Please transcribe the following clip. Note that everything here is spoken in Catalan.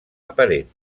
aparent